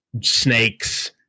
snakes